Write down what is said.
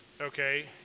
Okay